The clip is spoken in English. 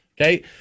Okay